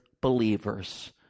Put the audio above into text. believers